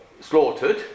slaughtered